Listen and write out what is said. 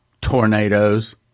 tornadoes